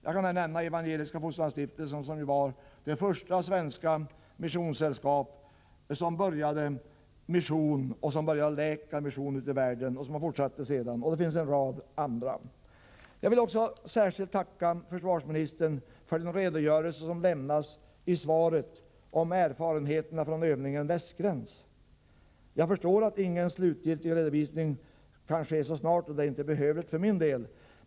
Jag kan nämna Evangeliska fosterlandsstiftelsen, som var det första svenska missionssällskap som började med läkarmission ute i världen och som sedan fortsatte med det, och det finns en rad andra. Jag vill också särskilt tacka försvarsministern för den redogörelse som lämnas i svaret om erfarenheterna från övningen Västgräns. Jag förstår att ingen slutgiltig redovisning kan ske så snart, och det är inte nödvändigt för min del.